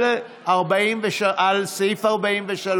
הצבעה שמית על הסתייגות 43,